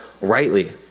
rightly